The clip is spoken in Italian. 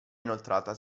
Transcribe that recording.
inoltrata